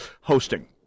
hosting